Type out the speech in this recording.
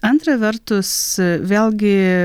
antra vertus vėlgi